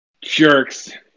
Jerks